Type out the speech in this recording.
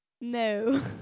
No